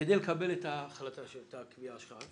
כדי לקבל את הקביעה שלך,